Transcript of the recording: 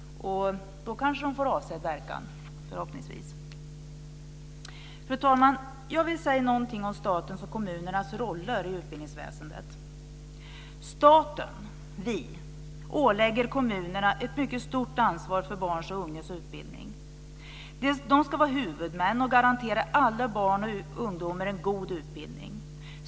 Då får de kanske avsedd verkan - förhoppningsvis. Fru talman! Jag vill säga något om statens och kommunernas roller i utbildningsväsendet. Staten, vi, ålägger kommunerna ett mycket stort ansvar för barns och ungas utbildning. De ska vara huvudmän och garantera alla barn och ungdomar en god utbildning.